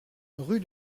rue